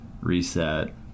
reset